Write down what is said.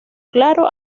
claro